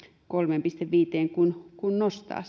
kolmeen pilkku viiteen kuin nostaa